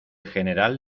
general